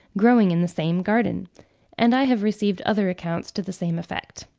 growing in the same garden and i have received other accounts to the same effect.